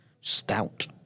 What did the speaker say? Stout